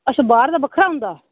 अच्छा बाह्रला बक्खरा औंदा